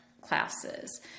classes